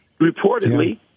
reportedly